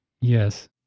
Yes